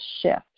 shift